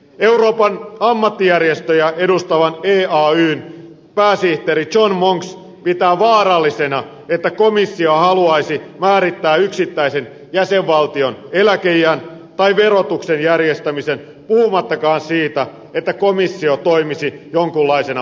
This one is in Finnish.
euroopan ammattijärjestöjä edustavan eayn pääsihteeri john monks pitää vaarallisena että komissio haluaisi määrittää yksittäisen jäsenvaltion eläkeiän tai verotuksen järjestämisen puhumattakaan siitä että komissio toimisi jonkunlaisena palkkapoliisina